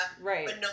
Right